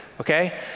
okay